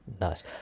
Nice